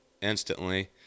instantly